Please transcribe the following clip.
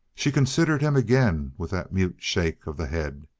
she considered him again with that mute shake of the head.